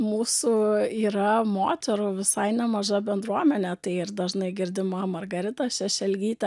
mūsų yra moterų visai nemaža bendruomenė tai ir dažnai girdima margarita šešelgytė